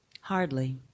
hardly